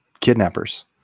kidnappers